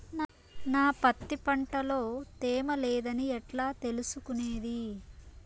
నా పత్తి పంట లో తేమ లేదని ఎట్లా తెలుసుకునేది?